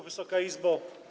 Wysoka Izbo!